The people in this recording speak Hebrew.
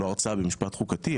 זאת לא הרצאה במשפט חוקתי,